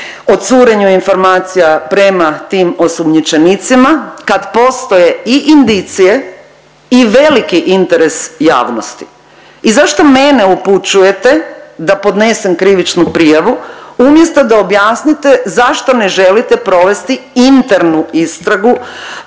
o curenju informacija prema tim osumnjičenicima kad postoje i indicije i veliki interes javnosti. I zašto mene upućujete da podnesem krivičnu prijavu umjesto da objasnite zašto ne želite provesti internu istragu